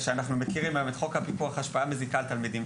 שאנחנו מכירים היום את חוק הפיקוח (השפעה מזיקה על תלמידים),